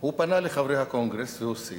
הוא פנה לחברי הקונגרס והוסיף: